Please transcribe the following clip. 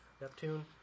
Neptune